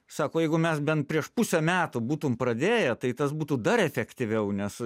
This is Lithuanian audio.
sako jeigu mes bent prieš pusę metų būtum pradėję tai tas būtų dar efektyviau nes